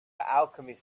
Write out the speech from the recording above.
alchemist